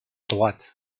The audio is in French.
droite